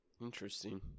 Interesting